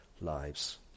lives